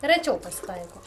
rečiau pasitaiko